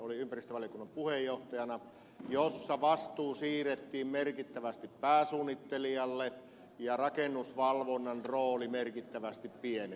tiusanen oli ympäristövaliokunnan puheenjohtajana jolloin vastuu siirrettiin merkittävästi pääsuunnittelijalle ja rakennusvalvonnan rooli merkittävästi pieneni